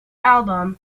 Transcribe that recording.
album